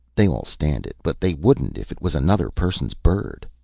they all stand it, but they wouldn't if it was another person's bird.